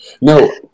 no